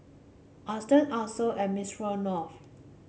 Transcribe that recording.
Aston Acer and